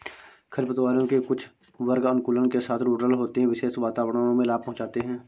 खरपतवारों के कुछ वर्ग अनुकूलन के साथ रूडरल होते है, विशेष वातावरणों में लाभ पहुंचाते हैं